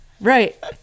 right